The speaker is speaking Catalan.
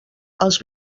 els